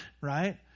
right